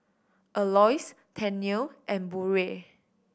Aloys Tennille and Burrell